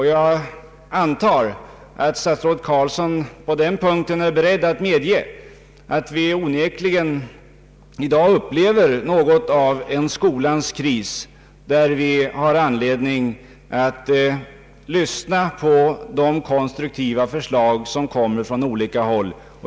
Jag antar att statsrådet Carlsson är beredd att medge att vi onekligen i dag upplever något av en skolans kris, där man har anledning lyssna till de konstruktiva förslag som kommer fram från olika håll.